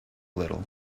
little